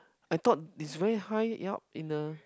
I thought it's very high up in the